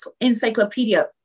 encyclopedia